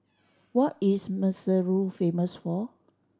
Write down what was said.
what is Maseru famous for